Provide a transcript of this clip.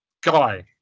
Guy